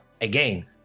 again